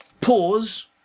Pause